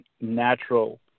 natural